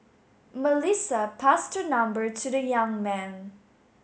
Melissa passed her number to the young man